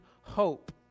hope